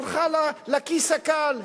הלכה לכיס הקל,